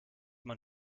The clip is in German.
man